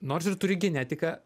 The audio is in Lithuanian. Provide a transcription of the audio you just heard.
nors ir turi genetiką